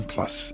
Plus